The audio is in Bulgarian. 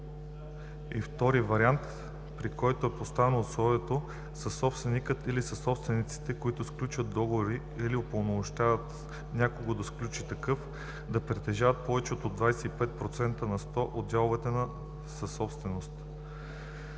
и втори вариант, при който е поставено условие съсобственикът или съсобствениците, които сключват договора или упълномощават някого да сключи такъв, да притежават повече от 25 на сто от дяловете в съсобствеността.